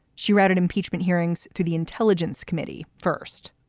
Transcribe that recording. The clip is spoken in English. she ratted impeachment hearings to the intelligence committee first.